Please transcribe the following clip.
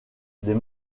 des